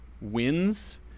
wins